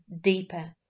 deeper